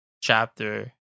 chapter